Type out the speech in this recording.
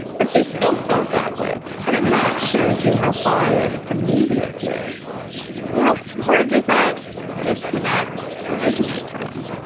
but they still felt that way. and that shows you how biased the media is yeah. where does that disconnect originate from?